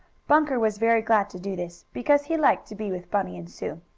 bunker was very glad to do this, because he liked to be with bunny and sue.